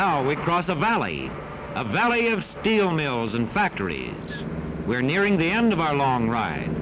now we cross a valley a valley of steel mills and factories we are nearing the end of our long ride